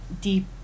deep